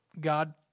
God